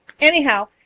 Anyhow